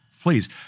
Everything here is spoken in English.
Please